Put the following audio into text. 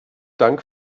dank